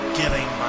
giving